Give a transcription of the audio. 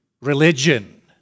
religion